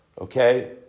okay